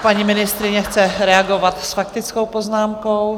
Paní ministryně chce reagovat s faktickou poznámkou.